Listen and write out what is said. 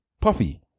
Puffy